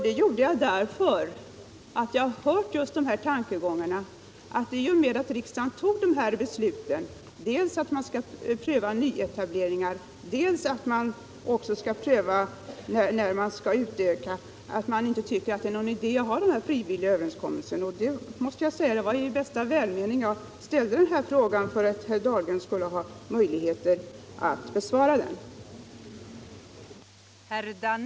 Det gjorde jag därför att jag har hört just de här tankegångarna: att man — i och med att riksdagen tog beslutet om prövning dels vid nyetablering, dels vid utökning — inte tycker att det är någon idé att ha frivilliga överenskommelser. Jag ställde min fråga i bästa välmening, för att herr Dahlgren skulle ha möjligheter att besvara den.